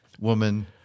woman